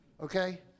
okay